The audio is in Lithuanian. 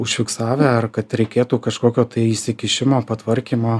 užfiksavę kad reikėtų kažkokio tai įsikišimo patvarkymo